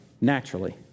naturally